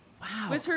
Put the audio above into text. Wow